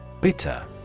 Bitter